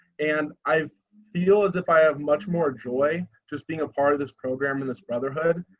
and i feel as if i have much more joy just being a part of this program in this brotherhood.